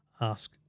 Ask